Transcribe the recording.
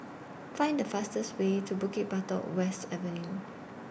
Find The fastest Way to Bukit Batok West Avenue